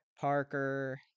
parker